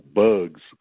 bugs